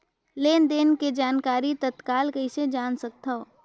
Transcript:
लेन देन के जानकारी तत्काल कइसे जान सकथव?